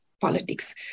politics